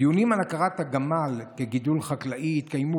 דיונים על הכרת הגמל כגידול חקלאי התקיימו